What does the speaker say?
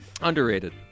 Underrated